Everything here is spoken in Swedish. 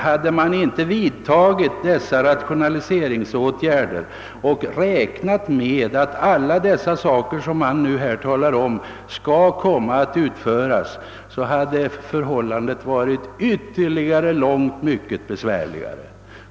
Hade verket inte vidtagit dessa rationaliseringsåtgärder och räknat med att allt det som herr Lindholm talar om skulle komma att utföras, hade förhållandet varit ännu mera besvärligt.